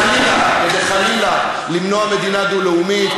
למנוע מדינה דו-לאומית,